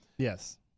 Yes